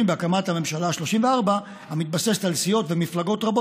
בהקמת הממשלה ה-34 המתבססת על סיעות ומפלגות רבות,